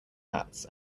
hats